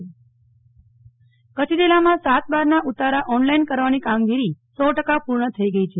નેહલ ઠક્કર સાત બારના ઉતારા ઓનલાઈન કચ્છ જીલ્લામાં સાત બારના ઉતારા ઓનલાઈન કરવાની કામગીરી સો ટકા પૂર્ણ થઈ ગઈ છે